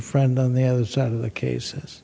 friend on the other side of the cases